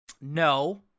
No